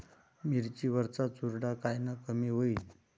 मिरची वरचा चुरडा कायनं कमी होईन?